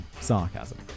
Sarcasm